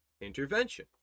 intervention